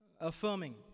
affirming